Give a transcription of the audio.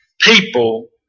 people